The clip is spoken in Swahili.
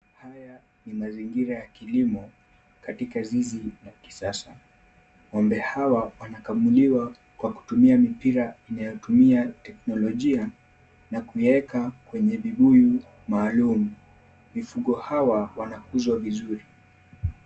Haya ni mazingira ya kilimo katika zizi la kisasa, ng'ombe hawa wanakamuliwa kwa kutumia mipira inayotumia teknolojia na kuyaeka kwenye vibuyu maalum, mifugo hawa wanakuzwa vizuri.